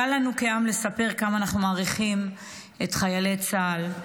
קל לנו כעם לספר כמה אנחנו מעריכים את חיילי צה"ל.